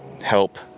help